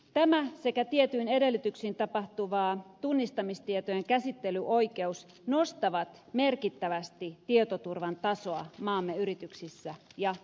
tämä sekä tietyin edellytyksin tapahtuva tunnistamistietojen käsittelyoikeus nostavat merkittävästi tietoturvan tasoa maamme yrityksissä ja yhteisöissä